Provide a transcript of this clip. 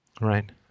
right